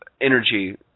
energy